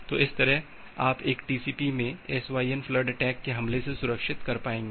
तो इस तरह आप एक टीसीपी में एसवाईएन फ्लड अटैक के हमले से सुरक्षित कर पाएंगे